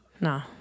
no